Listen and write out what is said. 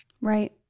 right